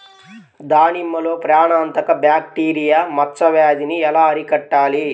దానిమ్మలో ప్రాణాంతక బ్యాక్టీరియా మచ్చ వ్యాధినీ ఎలా అరికట్టాలి?